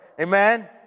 Amen